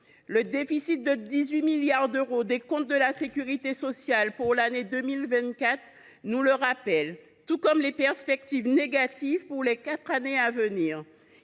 Le déficit de 18 milliards d’euros des comptes de la sécurité sociale pour l’année 2024 nous le rappelle, tout comme les perspectives négatives pour les quatre années à venir.